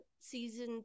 season